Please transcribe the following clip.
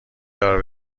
دار